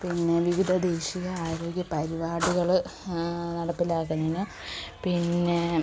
പിന്നെ വിവിധ ദേശീയ ആരോഗ്യ പരിപാടികൾ നടപ്പിലാക്കുന്നതിന് പിന്നെ